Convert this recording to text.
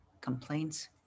complaints